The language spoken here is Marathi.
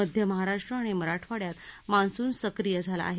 मध्य महाराष्ट्र आणि मराठवाङ्यात मान्सून सक्रिय झाला आहे